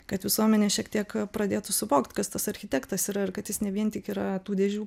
kad visuomenė šiek tiek pradėtų suvokt kas tas architektas yra ir kad jis ne vien tik yra tų dėžių